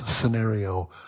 scenario